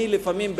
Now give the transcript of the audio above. אני לפעמים,